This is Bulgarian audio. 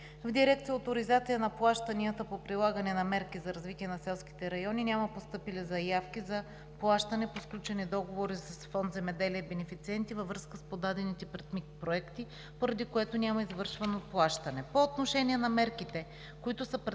В дирекция „Оторизация на плащанията по прилагане на мерки за развитие на селските райони“ няма постъпили заявки за плащане по сключени договори с Фонд „Земеделие“ и бенефициенти във връзка с подадените проекти, поради което няма извършено плащане. По отношение на мерките, предприети